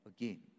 again